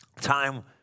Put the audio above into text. time